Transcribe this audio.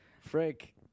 Frank